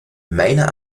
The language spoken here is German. meiner